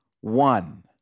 one